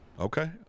Okay